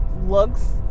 looks